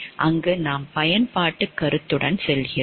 அங்கு நாம் பயன்பாட்டுக் கருத்துடன் செல்கிறோம்